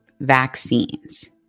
vaccines